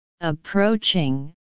Approaching